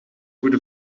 goede